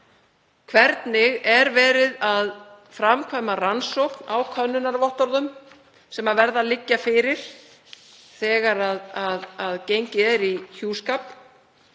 Hvernig er verið að framkvæma rannsókn á könnunarvottorðum sem verða að liggja fyrir þegar gengið er í hjúskap?